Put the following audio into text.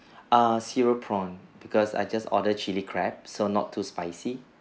err cereal prawn because I just ordered chilli crab so not too spicy